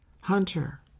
hunter